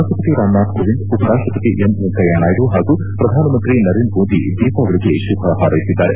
ರಾಷ್ಷಪತಿ ರಾಮನಾಥ್ ಕೋವಿಂದ ಉಪರಾಷ್ಟಪತಿ ಎಂ ವೆಂಕಯ್ಯನಾಯ್ಡು ಹಾಗೂ ಪ್ರಧಾನಮಂತ್ರಿ ನರೇಂದ್ರ ಮೋದಿ ದೀಪಾವಳಿಗೆ ಶುಭ ಹಾರೈಸಿದ್ದಾರೆ